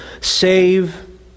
save